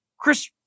Chris